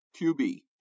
QB